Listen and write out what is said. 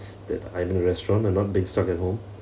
that I'm in a restaurant and not being stuck at home